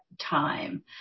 time